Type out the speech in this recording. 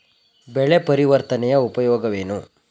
ಬೆಳೆ ಪರಿವರ್ತನೆಯ ಉಪಯೋಗವೇನು?